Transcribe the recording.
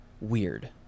weird